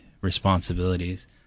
responsibilities